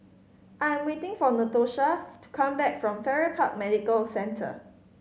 I am waiting for Natoshath to come back from Farrer Park Medical Centre